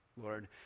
Lord